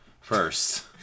first